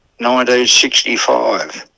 1965